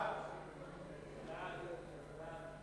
ההצעה להעביר את הצעת